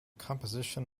composition